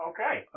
Okay